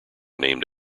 named